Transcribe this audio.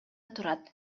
турат